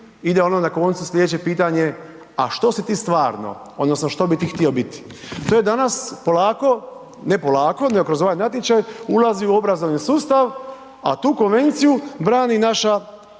ide ono na koncu slijedeće pitanje, a što si ti stvarno odnosno što bi ti htio biti. To je danas polako, ne polako, nego kroz ovaj natječaj ulazi u obrazovni sustav, a tu konvenciju brani naša,